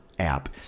app